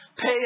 Pay